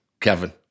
Kevin